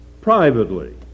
privately